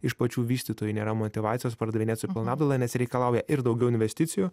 iš pačių vystytojų nėra motyvacijos pardavinėt su pilna apdaila nes reikalauja ir daugiau investicijų